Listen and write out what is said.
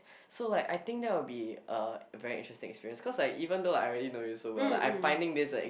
so like I think that would be a very interesting experience cause like even though like I already know you so well like I finding this